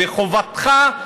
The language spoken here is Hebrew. חובתך,